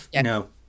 no